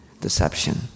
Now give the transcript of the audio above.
deception